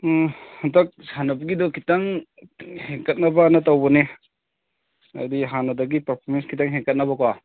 ꯎꯝ ꯍꯟꯗꯛ ꯁꯥꯟꯅꯕꯒꯤꯗꯣ ꯈꯤꯇꯪ ꯍꯦꯟꯒꯠꯅꯕꯅ ꯇꯧꯕꯅꯦ ꯍꯥꯏꯕꯗꯤ ꯍꯥꯟꯅꯗꯒꯤ ꯄꯥꯔꯐꯣꯔꯃꯦꯟꯁ ꯈꯤꯇꯪ ꯍꯦꯟꯒꯠꯅꯕꯀꯣ